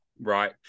right